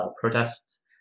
protests